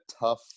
tough